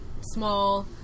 small